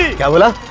gorilla.